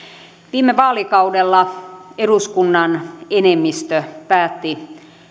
viime vaalikaudella eduskunnan enemmistö päätti